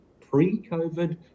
pre-COVID